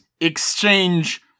exchange